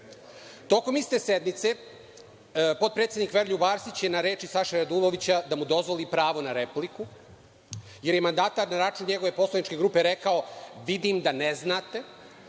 vidi. Tokom iste sednice, potpredsednik Veroljub Arsić je na reči Saše Radulovića da mu dozvoli pravo na repliku, jer je mandatar na račun njegove poslaničke grupe rekao – vidim da ne znate,